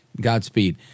Godspeed